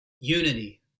Unity